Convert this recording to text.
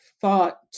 thought